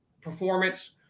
performance